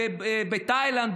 בתאילנד,